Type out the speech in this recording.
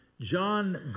John